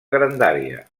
grandària